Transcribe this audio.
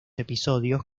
episodios